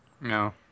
No